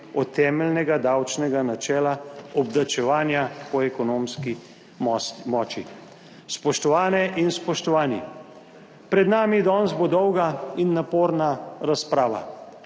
od temeljnega davčnega načela obdavčevanja po ekonomski moči. Spoštovane in spoštovani, danes bo pred nami dolga in naporna razprava.